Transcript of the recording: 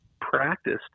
practiced